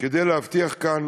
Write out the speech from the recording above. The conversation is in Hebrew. כדי להבטיח כאן